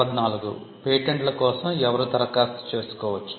పేటెంట్ల కోసం ఎవరు దరఖాస్తు చేసుకోవచ్చు